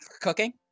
Cooking